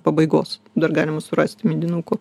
pabaigos dar galima surasti medinukų